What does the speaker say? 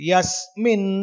Yasmin